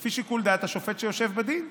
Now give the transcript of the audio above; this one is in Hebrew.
לפי שיקול דעת השופט היושב בדין,